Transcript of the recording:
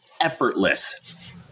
effortless